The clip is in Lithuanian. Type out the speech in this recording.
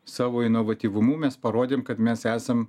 savo inovatyvumu mes parodėm kad mes esam